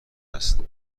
است